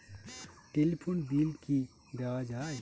Telephone bill কি দেওয়া যায়?